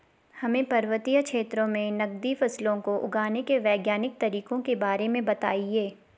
हमें पर्वतीय क्षेत्रों में नगदी फसलों को उगाने के वैज्ञानिक तरीकों के बारे में बताइये?